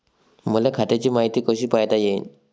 मले खात्याची मायती कशी पायता येईन?